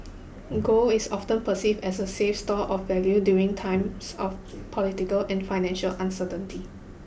gold is often perceived as a safe store of value during times of political and financial uncertainty